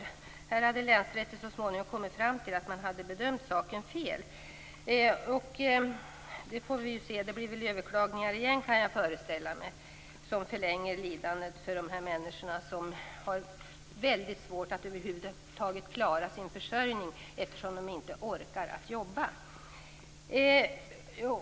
I det här fallet kom länsrätten så småningom fram till att man bedömt saken fel. Vi får se hur det blir. Det blir väl överklaganden igen, kan jag föreställa mig, som förlänger lidandet för de här människorna. De har väldigt svårt att över huvud taget klara sin försörjning eftersom de inte orkar jobba.